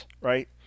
right